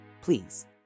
please